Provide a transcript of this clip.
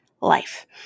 life